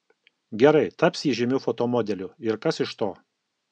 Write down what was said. gerai taps ji žymiu fotomodeliu ir kas iš to